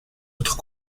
autre